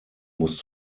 muss